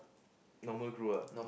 normal crew ah